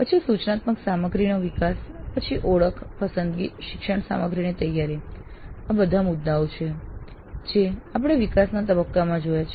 પછી સૂચનાત્મક સામગ્રીનો વિકાસ પછી ઓળખ પસંદગી શિક્ષણ સામગ્રીની તૈયારી આ મુદ્દાઓ છે જે આપણે વિકાસના તબક્કામાં જોયા છે